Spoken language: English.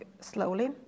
slowly